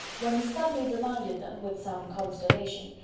when he suddenly reminded them, with some consternation,